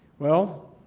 well,